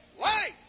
life